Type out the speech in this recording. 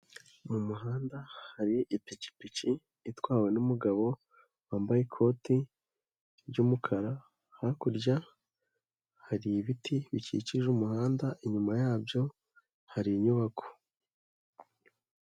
Mu muhanda hari ipikipiki itwawe n'umugabo wambaye ikoti ry'umukara, hakurya hari ibiti bikikije umuhanda, inyuma yabyo hari inyubako.